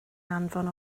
anfon